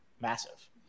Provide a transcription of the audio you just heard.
massive